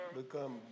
become